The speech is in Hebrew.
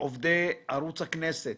לעובדי ערוץ הכנסת,